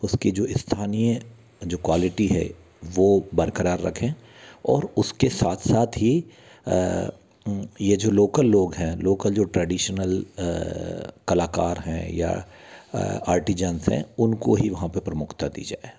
उसकी जो स्थानीय जो क्वालिटी है वो बरक़रार रखें और उसके साथ साथ ही ये जो लोकल लोग हैं लोकल जो ट्रैडिशनल कलाकार हैं या आर्टीजंस हैं उनको ही वहाँ पर प्रमुखता दी जाए